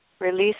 release